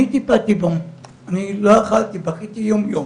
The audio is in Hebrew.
אני טיפלתי בו, אני לא יכולתי, אני בכיתי יום יום.